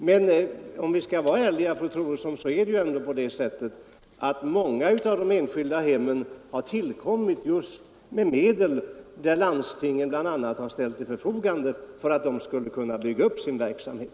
Men om vi skall vara ärliga, fru Troedsson, får vi ändå erkänna att många av de enskilda vårdhemmen har tillkommit med hjälp av medel som bl.a. landstingen har ställt till förfogande för att de skulle kunna bygga upp sin verksamhet.